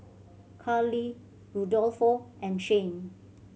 Carli Rudolfo and Shane